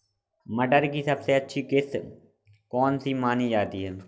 मटर की सबसे अच्छी किश्त कौन सी मानी जाती है?